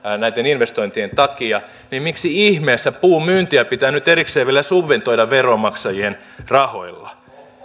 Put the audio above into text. näitten investointien takia niin miksi ihmeessä puunmyyntiä pitää nyt erikseen vielä subventoida veronmaksajien rahoilla